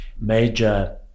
major